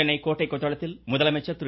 சென்னை கோட்டை கொத்தளத்தில் முதலமைச்சர் திரு